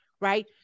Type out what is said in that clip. right